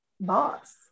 boss